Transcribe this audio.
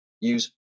use